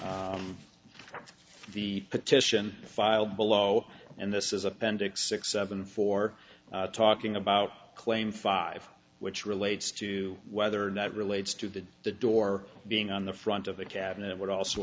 the petition filed below and this is appendix six seven four talking about claim five which relates to whether or not it relates to the the door being on the front of the cabinet it would also